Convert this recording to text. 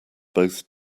both